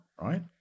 right